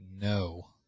No